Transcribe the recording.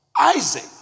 Isaac